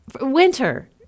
winter